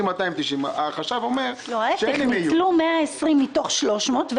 290,000. הם ניצלו 120,000 מתוך 300,000,